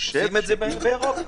עושים את זה באירופה.